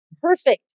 perfect